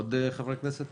עוד חברי כנסת?